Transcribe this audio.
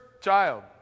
child